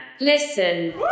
Listen